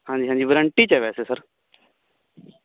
ਹਾਂਜੀ ਹਾਂਜੀ ਵਾਰੰਟੀ ਐ ਵੈਸੇ ਸਰ